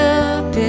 up